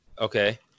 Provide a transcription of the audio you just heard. Okay